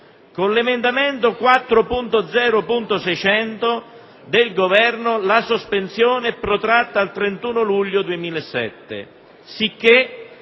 Con l'emendamento 4.0.600 del Governo, la sospensione è protratta al 31 luglio del 2007 sicché,